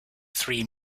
three